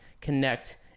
connect